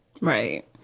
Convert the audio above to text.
Right